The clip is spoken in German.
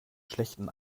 schlechten